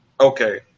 okay